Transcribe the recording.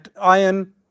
iron